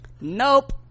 nope